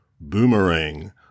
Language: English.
Boomerang